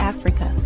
Africa